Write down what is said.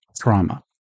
trauma